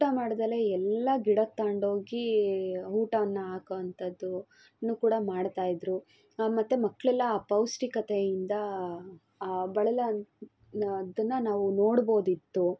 ಊಟ ಮಾಡ್ದಲೆ ಎಲ್ಲ ಗಿಡಕ್ಕೆ ತಗೊಂಡ್ಹೋಗಿ ಊಟವನ್ನು ಹಾಕುವಂಥದ್ದು ಅನ್ನು ಕೂಡ ಮಾಡ್ತಾ ಇದ್ದರು ಮತ್ತು ಮಕ್ಕಳೆಲ್ಲ ಅಪೌಷ್ಠಿಕತೆಯಿಂದ ಬಳಲೋವಂಥದ್ದನ್ನು ನಾವು ನೋಡ್ಬೋದಿತ್ತು